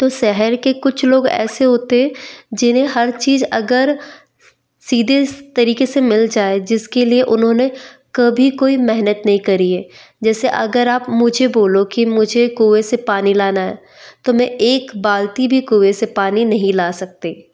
तो शहर के कुछ लोग ऐसे होते हैं जिन्हें हर चीज़ अगर सीधे तरीक़े से मिल जाए जिसके लिए उन्होंने कभी कोई मेहनत नहीं करी है जैसे अगर आप मुझे बोलो कि मुझे कुएँ से पानी लाना है तो मैं एक बाल्टी भी कुएँ से पानी नहीं ला सकती